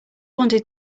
wanted